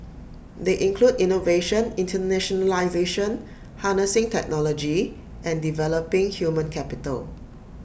they include innovation internationalisation harnessing technology and developing human capital